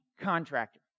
contractor